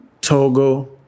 Togo